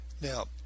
Now